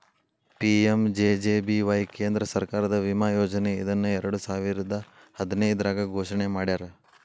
PMJJBY ಕೇಂದ್ರ ಸರ್ಕಾರದ ವಿಮಾ ಯೋಜನೆ ಇದನ್ನ ಎರಡುಸಾವಿರದ್ ಹದಿನೈದ್ರಾಗ್ ಘೋಷಣೆ ಮಾಡ್ಯಾರ